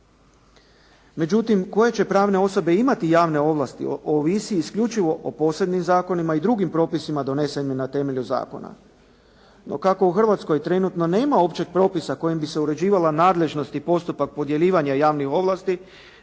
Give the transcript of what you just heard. Međutim koje će pravne osobe imati javne ovlasti ovisi isključivo o posebnim zakonima i drugim propisima donesenim na temelju zakona. No kako u Hrvatskoj trenutno nema općeg propisa kojim bi se uređivala nadležnost i postupak udjeljivanja javnih ovlasti